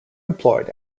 employed